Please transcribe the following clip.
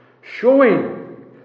showing